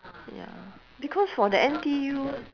ya because for the N_T_U